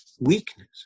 weakness